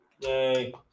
Yay